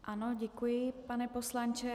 Ano, děkuji, pane poslanče.